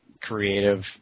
creative